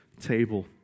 table